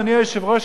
אדוני היושב-ראש,